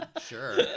Sure